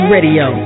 Radio